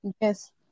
yes